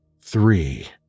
Three